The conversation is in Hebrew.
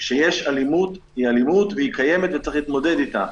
כשיש אלימות היא אלימות והיא קיימת וצריך להתמודד איתה.